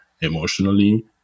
emotionally